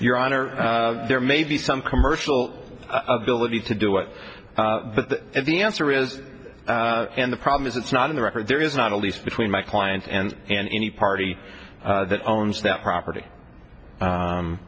your honor there may be some commercial ability to do it and the answer is and the problem is it's not in the record there is not a lease between my client and and any party that owns that property